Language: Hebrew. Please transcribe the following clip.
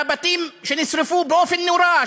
והבתים שנשרפו באופן נורא,